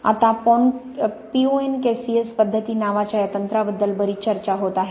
आता PONKCS पद्धती नावाच्या या तंत्राबद्दल बरीच चर्चा होत आहे